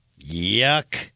Yuck